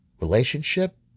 relationship